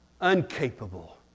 Uncapable